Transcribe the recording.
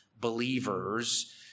believers